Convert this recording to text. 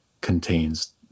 contains